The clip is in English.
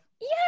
Yes